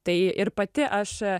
tai ir pati aš